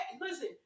listen